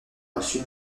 reçu